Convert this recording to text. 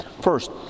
First